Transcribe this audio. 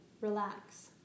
relax